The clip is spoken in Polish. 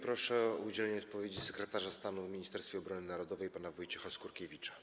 Proszę o udzielenie odpowiedzi sekretarza stanu w Ministerstwie Obrony Narodowej pana Wojciecha Skurkiewicza.